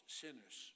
sinners